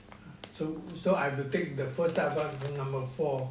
so so I have to take the first type of bus number four